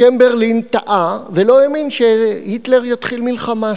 צ'מברליין טעה ולא האמין שהיטלר יתחיל מלחמה.